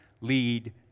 lead